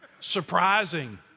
surprising